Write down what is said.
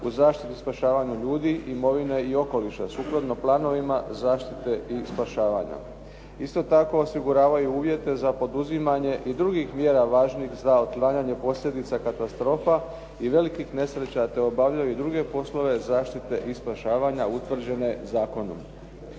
u zaštiti i spašavanju ljudi, imovine i okoliša sukladno planovima zaštite i spašavanja. Isto tako osiguravaju uvjete za poduzimanje i drugih mjera važnih za otklanjanje posljedica katastrofa i velikih nesreća te obavljaju i druge poslove zaštite i spašavanja utvrđene zakonom.